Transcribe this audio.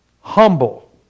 humble